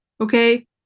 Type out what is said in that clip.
okay